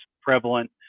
prevalent